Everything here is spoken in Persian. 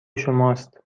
شماست